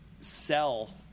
sell